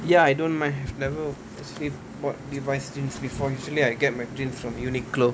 ya I don't mind I've never wo~ sa~ bought Levis's jeans before usually I get my jeans from Uniqlo